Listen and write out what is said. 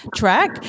track